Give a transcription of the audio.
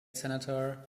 senator